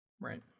right